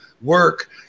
work